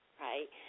right